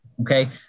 Okay